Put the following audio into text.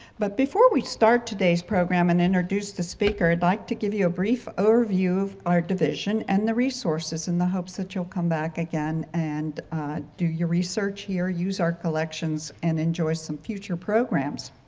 but before we start today's program and introduce the speaker, i'd like to give you a brief overview of our division and the resources in the hopes that you'll come back again and do your research here, use our collections and enjoy some future programs.